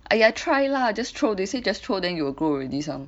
!aiya! try lah just throw they say just throw then you will grow already some